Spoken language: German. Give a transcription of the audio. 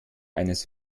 eines